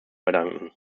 verdanken